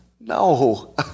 No